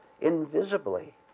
invisibly